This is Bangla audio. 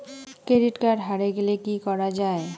ক্রেডিট কার্ড হারে গেলে কি করা য়ায়?